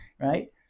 Right